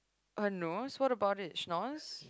uh no what about it snores